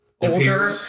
older